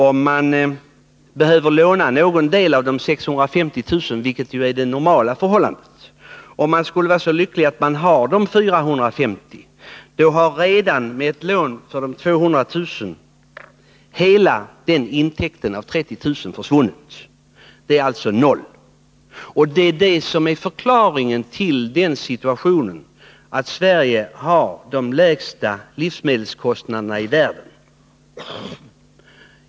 Om han behöver låna någon del av de 650 000 kronorna, vilket ju är det normala förhållandet, och skulle vara så lycklig att han har 450 000 kr., är det lätt att räkna ut att han med ett lån på 200 000 kr. får se hela intäkten på 30 000 kr. försvinna i räntekostnader. Detta är förklaringen till att Sverige har de lägsta livsmedelskostnaderna i världen.